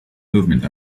movement